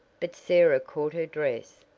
but sarah caught her dress.